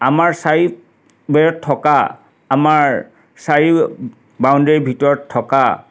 আমাৰ চাৰিবেৰত থকা আমাৰ চাৰিও বাউণ্ডেৰীৰ ভিতৰত থকা